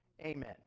Amen